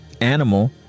animal